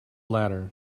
latter